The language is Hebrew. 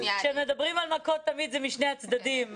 כשמדברים על מכות, תמיד זה משני הצדדים.